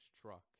truck